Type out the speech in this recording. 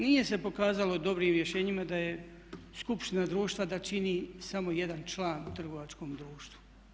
Nije se pokazalo dobrim rješenjima da je skupština društva da čini samo jedan član u trgovačkom društvu.